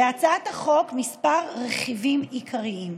בהצעת החוק כמה רכיבים עיקריים: